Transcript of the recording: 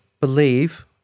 believe